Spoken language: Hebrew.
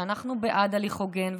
ואנחנו בעד הליך הוגן,